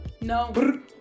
No